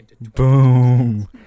Boom